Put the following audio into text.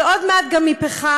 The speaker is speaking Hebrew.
ועוד מעט גם מפחם.